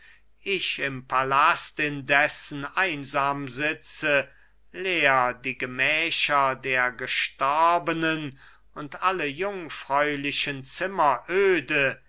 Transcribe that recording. ich im palast indessen einsam sitze leer die gemächer der gestorbenen und alle jungfräulichen zimmer öde